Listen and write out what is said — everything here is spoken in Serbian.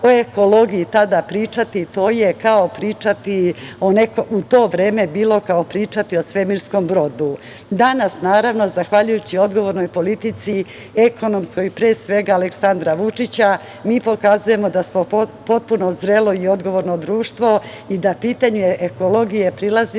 o ekologiji tada pričati to je kao pričati u to vreme bilo kao pričati o svemirskom brodu. Danas, naravno, zahvaljujući odgovornoj politici, ekonomskoj pre svega, Aleksandra Vučića, mi pokazujemo da smo potpuno zrelo i odgovorno društvo i da pitanju ekologije, prilazimo